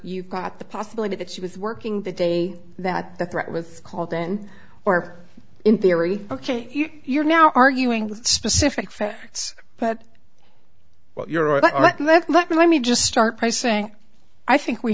you've got the possibility that she was working the day that the threat was called then or in theory ok you're now arguing with specific facts but your eye but let me just start by saying i think we